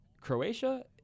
Croatia